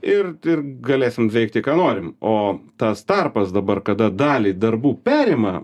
ir ir galėsim veikti ką norim o tas tarpas dabar kada dalį darbų perima